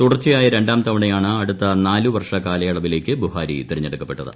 തുടർച്ചയായ രണ്ടാം തവണയാണ് അടുത്ത നാല് വർഷ കാലയളവിലേക്ക് ബുഹാരി തെരഞ്ഞെടുക്കപ്പെട്ടത്